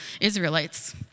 Israelites